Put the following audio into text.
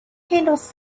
handles